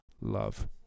Love